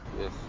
Yes